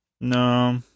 No